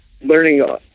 learning